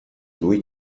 louis